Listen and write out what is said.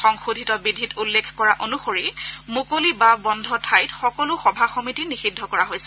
সংশোধিত বিধিত উল্লেখ কৰা অনুসৰি মুকলি বা বন্ধ ঠাইত সকলো সভা সমিতি নিষিদ্ধ কৰা হৈছে